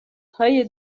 های